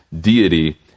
deity